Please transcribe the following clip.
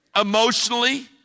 emotionally